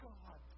God